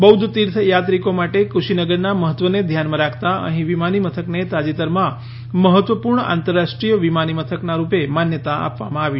બૌદ્ધ તીર્થ યાત્રિકો માટે કુશીનગરના મહત્વને ધ્યાનમાં રાખતાં અહીં વિમાનીમથકને તાજેતરમાં મહત્વપૂર્ણ આંતરરાષ્ટ્રીય વિમાની મથકના રૂપે માન્યતા આપવામાં આવી છે